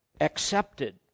accepted